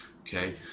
okay